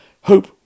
Hope